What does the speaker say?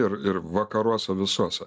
ir ir vakaruose visuose